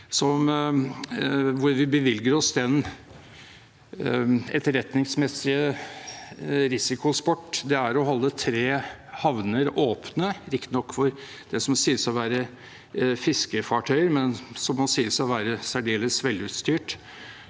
Vi bevilger oss den etterretningsmessige risikosport det er å holde tre havner åpne, riktignok for det som sies å være fiskefartøyer, men som må sies å være særdeles velutstyrt